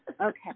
Okay